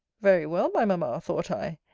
very well, my mamma, thought i!